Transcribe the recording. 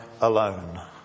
alone